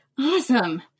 Awesome